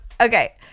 Okay